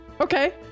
okay